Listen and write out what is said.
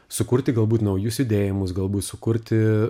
sukurti galbūt naujus judėjimus galbūt sukurti